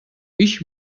ich